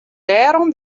dêrom